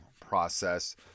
process